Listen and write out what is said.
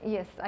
Yes